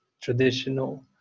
traditional